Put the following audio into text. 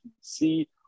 see